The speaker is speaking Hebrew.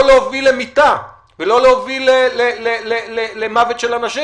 להוביל למיתה ולא להוביל למוות של אנשים,